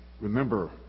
Remember